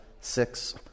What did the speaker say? six